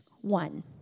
one